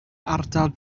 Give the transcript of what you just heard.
ardal